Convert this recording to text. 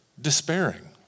Despairing